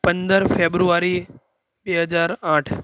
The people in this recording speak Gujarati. પંદર ફેબ્રુવારી બે હજાર આઠ